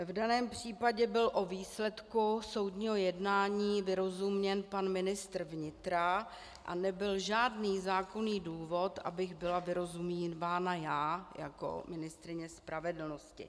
V daném případě byl o výsledku soudního jednání vyrozuměn pan ministr vnitra a nebyl žádný zákonný důvod, abych byla vyrozumívána já jako ministryně spravedlnosti.